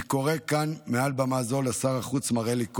אני קורא כאן, מעל במה זו, לשר החוץ מר אלי כהן,